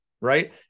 right